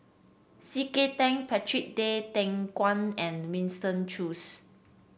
C K Tang Patrick Tay Teck Guan and Winston Choos